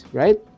right